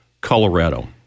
Colorado